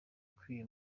ikwiye